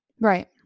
Right